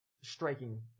striking